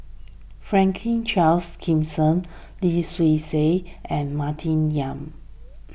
Franklin Charles Gimson Lim Swee Say and Martin Yan